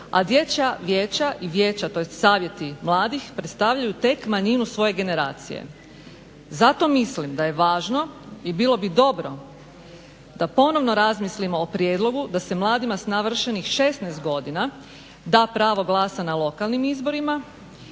a dječja vijeća i vijeća, tj. savjeti mladih predstavljaju tek manjinu svoje generacije. Zato mislim da je važno i bilo bi dobro da ponovno razmislimo o prijedlogu da se mladima s navršenih 16 godina da pravo glasa na lokalnim izborima,